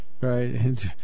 Right